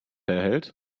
erhält